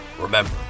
remember